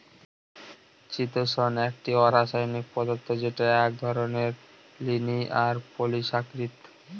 চিতোষণ একটি অরাষায়নিক পদার্থ যেটা এক ধরনের লিনিয়ার পলিসাকরীদ